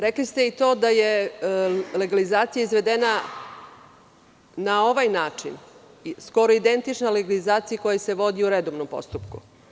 Rekli ste i to da je legalizacija izvedena na ovaj način skoro identična legalizaciji koja se vodi u redovnom postupku.